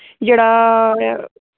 जेह्ड़ा